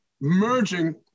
merging